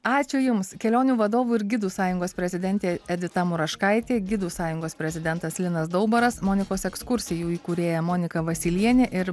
ačiū jums kelionių vadovų ir gidų sąjungos prezidentė edita muraškaitė gidų sąjungos prezidentas linas daubaras monikos ekskursijų įkūrėja monika vasylienė ir